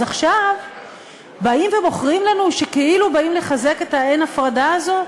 אז עכשיו באים ומוכרים לנו שכאילו באים לחזק את האין-הפרדה הזאת?